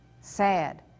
Sad